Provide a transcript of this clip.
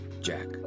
Jack